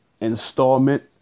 installment